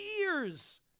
years